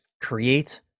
Create